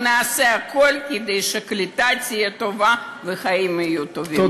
אנחנו נעשה הכול כדי שהקליטה תהיה טובה והחיים יהיו טובים.